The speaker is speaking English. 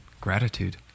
Gratitude